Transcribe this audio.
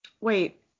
Wait